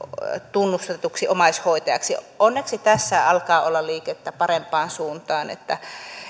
tunnustetuksi omaishoitajaksi onneksi tässä alkaa olla liikettä parempaan suuntaan että